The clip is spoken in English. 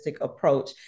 approach